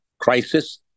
crisis